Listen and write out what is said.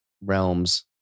realms